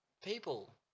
people